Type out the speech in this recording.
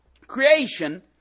creation